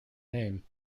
name